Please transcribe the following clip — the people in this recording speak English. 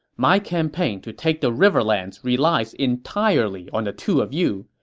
my campaign to take the riverlands relies entirely on the two of you.